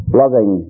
loving